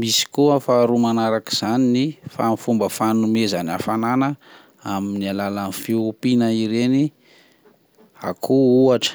misy koa faharoa manarak'izany ny fomba fanomezany hafanana amin'ny alalan'ny fiompina ireny akoho ohatra.